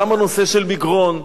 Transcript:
גם בנושא של מגרון,